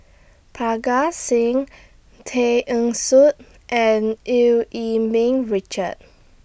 Parga Singh Tay Eng Soon and EU Yee Ming Richard